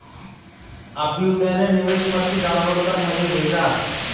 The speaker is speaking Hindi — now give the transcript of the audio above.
अभ्युदय ने निवेश पर्ची डाउनलोड कर मुझें भेजा